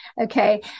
okay